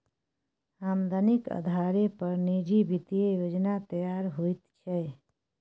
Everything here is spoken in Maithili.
आमदनीक अधारे पर निजी वित्तीय योजना तैयार होइत छै